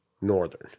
northern